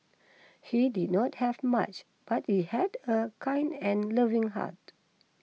he did not have much but he had a kind and loving heart